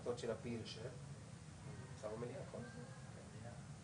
אני מבקש גם את זה,